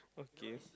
okay